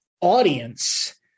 audience